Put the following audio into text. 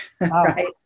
Right